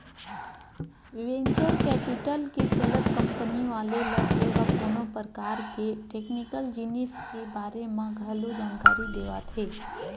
venture capital के चलत company वाले ल ओहा कोनो परकार के टेक्निकल जिनिस के बारे म घलो जानकारी देवाथे